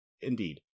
indeed